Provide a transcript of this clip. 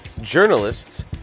journalists